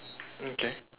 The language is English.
okay